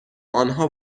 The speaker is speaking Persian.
آنها